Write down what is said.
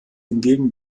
hingegen